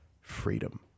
freedom